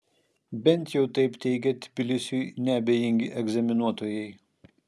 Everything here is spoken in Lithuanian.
bent jau taip teigia tbilisiui neabejingi egzaminuotojai